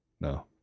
No